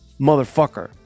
motherfucker